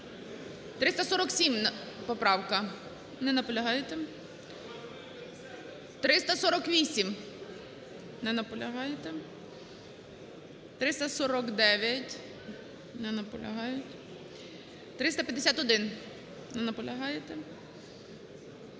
347 поправка. Не наполягаєте. 348. Не наполягаєте. 349. Не наполягають. 351. Не наполягаєте.